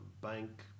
bank